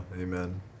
amen